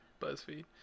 buzzfeed